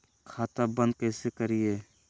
खाता बंद कैसे करिए?